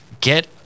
get